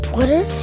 Twitter